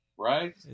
right